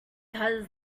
does